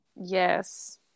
Yes